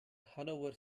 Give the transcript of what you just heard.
hannover